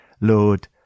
Lord